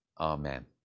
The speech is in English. Amen